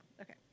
okay